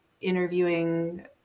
interviewing